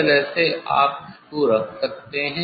इस तरह से आप इसको रख सकते हैं